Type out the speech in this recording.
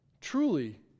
truly